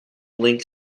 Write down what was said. link